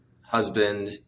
husband